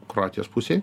kroatijos pusėj